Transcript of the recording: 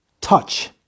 touch